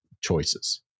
choices